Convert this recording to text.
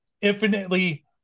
infinitely